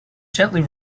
gently